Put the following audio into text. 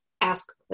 ask